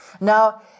Now